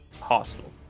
hostile